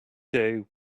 day